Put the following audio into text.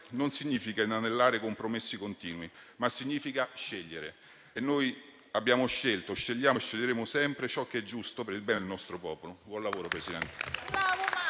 non significa inanellare compromessi continui, ma scegliere. E noi abbiamo scelto, scegliamo e sceglieremo sempre ciò che è giusto per il bene del nostro popolo. Buon lavoro, presidente